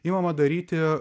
imama daryti